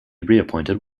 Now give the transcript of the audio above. reappointed